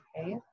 okay